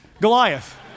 Goliath